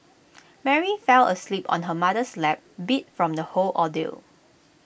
Mary fell asleep on her mother's lap beat from the whole ordeal